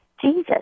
Jesus